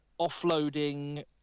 offloading